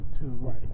Right